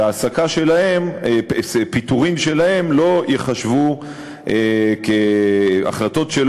ופיטורים שלהם לא ייחשבו כהחלטות,